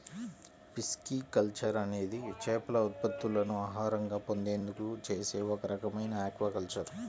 pisciculture అనేది చేపల ఉత్పత్తులను ఆహారంగా పొందేందుకు చేసే ఒక రకమైన ఆక్వాకల్చర్